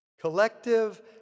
collective